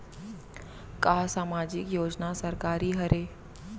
का सामाजिक योजना सरकारी हरे?